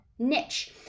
niche